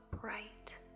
bright